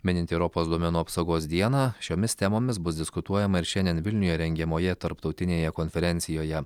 minint europos duomenų apsaugos dieną šiomis temomis bus diskutuojama ir šiandien vilniuje rengiamoje tarptautinėje konferencijoje